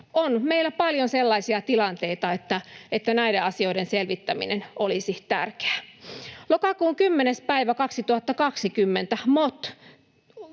meillä on paljon sellaisia tilanteita, että näiden asioiden selvittäminen olisi tärkeää. Lokakuun 10.